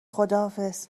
خداحافظ